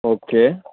okay